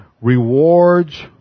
rewards